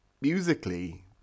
musically